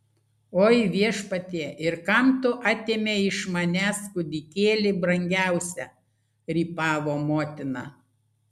oi viešpatie ir kam tu atėmei iš manęs kūdikėlį brangiausią rypavo motina